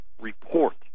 Report